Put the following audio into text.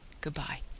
Goodbye